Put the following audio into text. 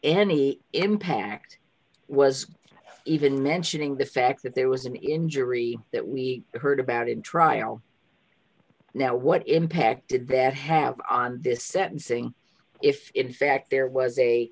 any impact was even mentioning the fact that there was an injury that we heard about in trial now what impact did that have on this sentencing if in fact there was a